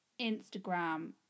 Instagram